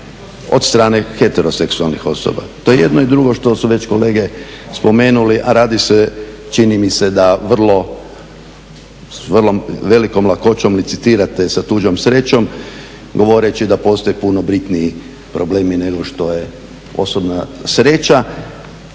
od strane heteroseksualnih osoba. To je jedno i drugo što su već kolege spomenuli, a radi se, čini mi se da vrlo velikom lakoćom licitirate sa tuđom srećom, govoreći da postoji puno bitniji problemi nego što je osobna sreća.